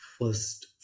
first